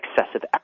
excessive